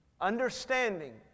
understanding